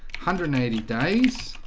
hundred and eighty days